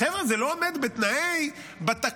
חבר'ה זה לא עומד בתקנות הלב"חים,